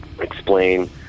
explain